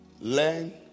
learn